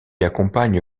accompagne